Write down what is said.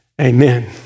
Amen